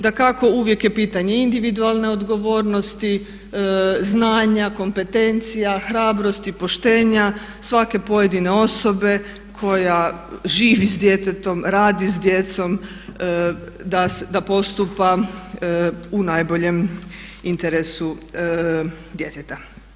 Dakako uvijek je pitanje individualne odgovornosti, znanja, kompetencija, hrabrosti, poštenja svake pojedine osobe koja živi s djetetom, radi s djecom da postupa u najboljem interesu djeteta.